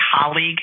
colleague